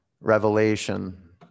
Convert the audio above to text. Revelation